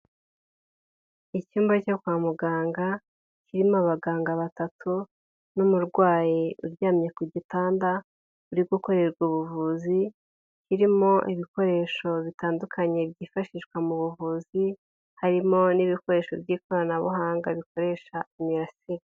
Icyumba cyo kwa muganga, kirimo abaganga batatu n'umurwayi uryamye ku gitanda, uri gukorerwa ubuvuzi, kirimo ibikoresho bitandukanye byifashishwa mu buvuzi, harimo n'ibikoresho by'ikoranabuhanga bikoresha imirasire.